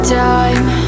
time